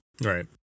right